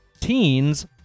Teens